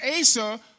Asa